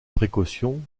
précaution